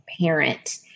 parent